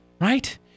right